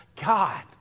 god